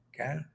Okay